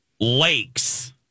lakes